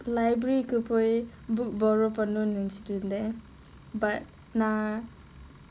library போய்:poi book borrow பண்ணனும்னு நினைச்சுட்டு இருந்தேன்:pannanumnu ninaichchuttu irunthaen but நான்:naan